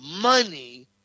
money